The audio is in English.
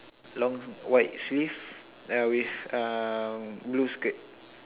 long white sleeve ya with uh blue skirt